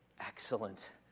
excellent